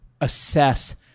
assess